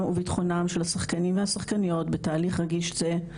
וביטחונם של החשקנים והשחקניות בתהליך רגיש זה,